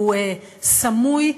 הוא סמוי,